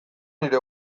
nire